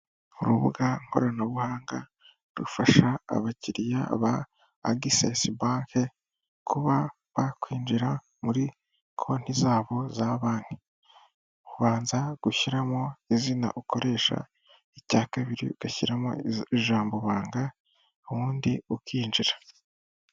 Urubuga nkoranabuhanga rufasha abakiliya ba agisesi banke, kuba bakwinjira muri konti zabo za banki, ubanza gushyiramo izina ukoresha, icya kabiri ugashyiramo ijambo banga ubundi ukinjira.